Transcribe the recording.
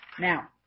Now